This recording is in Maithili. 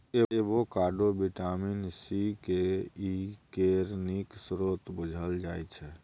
avocado vitamin C, K, E केर नीक स्रोत बुझल जाइ छै